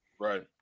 right